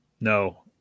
No